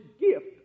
gift